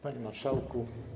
Panie Marszałku!